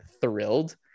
thrilled